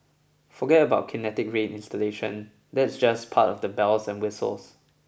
forget about Kinetic Rain installation that's just part of the bells and whistles